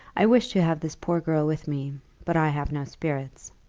i wish to have this poor girl with me but i have no spirits.